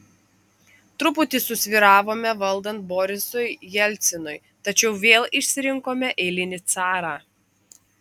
truputį susvyravome valdant borisui jelcinui tačiau vėl išsirinkome eilinį carą